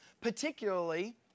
particularly